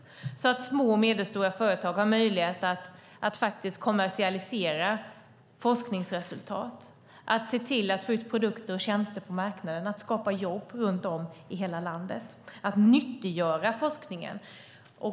På så sätt får små och medelstora företag möjlighet att kommersialisera forskningsresultat, få ut produkter och tjänster på marknaden och skapa jobb runt om i hela landet. Det handlar om att nyttiggöra forskningen.